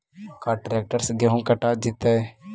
का ट्रैक्टर से गेहूं कटा जितै?